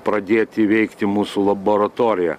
pradėti veikti mūsų laboratorija